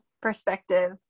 perspective